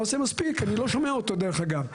לא עושה מספיק, אני לא שומע אותו, דרך אגב.